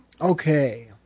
Okay